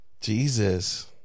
Jesus